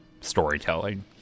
storytelling